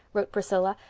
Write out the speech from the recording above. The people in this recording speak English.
wrote priscilla,